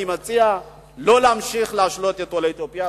אני מציע לא להמשיך להשלות את עולי אתיופיה.